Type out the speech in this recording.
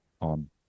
on